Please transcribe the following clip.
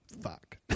fuck